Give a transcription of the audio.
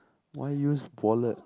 why use wallet